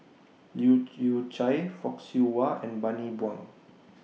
Leu Yew Chye Fock Siew Wah and Bani Buang